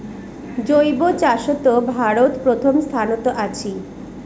জৈব চাষত ভারত প্রথম স্থানত আছি